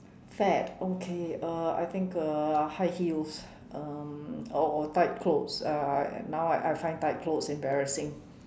fad okay uh I think uh high heels um or tight clothes uh now I find tight clothes embarrassing